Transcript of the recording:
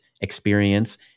experience